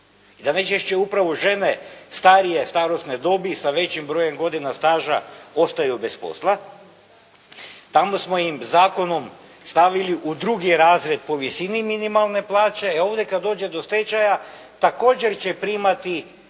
i da najčešće upravo žene starije starosne dobi sa većim brojem godina staža ostaju bez posla. Tamo smo im zakonom stavili u drugi razred po visini minimalne plaće, e ovdje kad dođe do stečaja također će primati